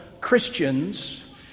Christians